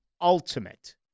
ultimate –